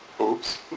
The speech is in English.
Oops